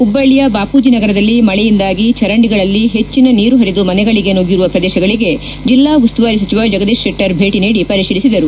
ಹುಬ್ಬಳ್ಳಯ ಬಾಪೂಜನಗರದಲ್ಲಿ ಮಳೆಯುಂದಾಗಿ ಚರಂಡಿಗಳಲ್ಲಿ ಹೆಚ್ಚನ ನೀರು ಪರಿದು ಮನೆಗಳಿಗೆ ನುಗ್ಗಿರುವ ಪ್ರದೇಶಗಳಿಗೆ ಜಿಲ್ಲಾ ಉಸ್ತುವಾರಿ ಸಚಿವ ಜಗದೀಶ್ ಶೆಟ್ಟರ್ ಭೇಟಿ ನೀಡಿ ಪರಿತೀಲಿಸಿದರು